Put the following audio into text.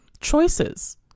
choices